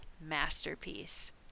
masterpiece